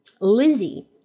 Lizzie